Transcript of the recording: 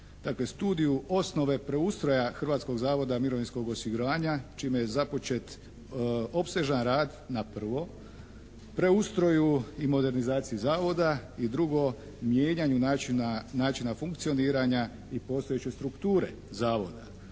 studiju «Osnove preustroja Hrvatskog zavoda mirovinskog osiguranja» čime je započet opsežan rad na: 1. preustroju i modernizaciji Zavoda i 2. mijenjanju načina, načina funkcioniranja i postojeće strukture Zavoda